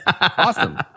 Awesome